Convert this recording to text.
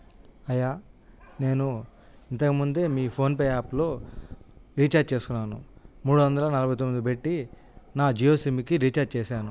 అయ్యా నేను ఇంతకుముందే మీ ఫోన్పే యాప్లో రీఛార్జ్ చేసుకున్నాను మూడు వందల నలభై తొమ్మిది పెట్టి నా జియో సిమ్కి రీఛార్జ్ చేశాను